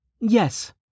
Yes